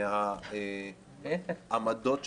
מהעמדות שלה.